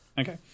Okay